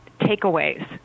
takeaways